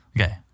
Okay